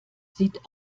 sieht